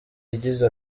igize